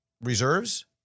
reserves